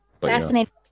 Fascinating